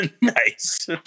Nice